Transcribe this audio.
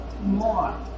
more